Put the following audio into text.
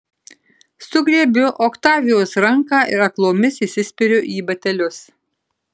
sugriebiu oktavijos ranką ir aklomis įsispiriu į batelius